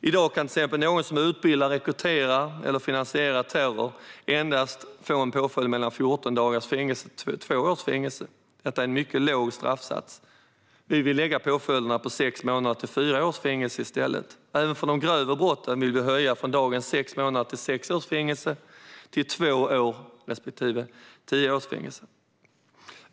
I dag kan till exempel någon som utbildar, rekryterar eller finansierar terror få en påföljd på endast mellan 14 dagars fängelse och två års fängelse. Detta är en mycket låg straffsats. Vi vill lägga påföljderna på sex månaders fängelse till fyra års fängelse i stället. Även för de grövre brotten vill vi höja straffen från dagens mellan sex månaders fängelse och sex års fängelse till fängelse från två år till tio år.